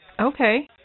Okay